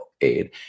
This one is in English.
aid